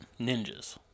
ninjas